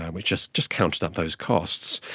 and we just just counted up those costs,